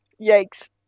Yikes